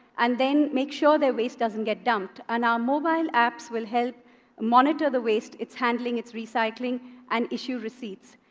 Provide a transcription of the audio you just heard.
and then make sure their waste doesn't get dumped. and our mobile apps will help monitor the waste its handling, its recycling and issue receipts.